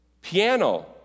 Piano